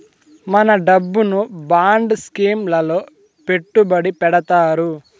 మన డబ్బును bond scheme లలో పెట్టుబడి పెడతారు